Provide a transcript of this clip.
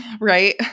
Right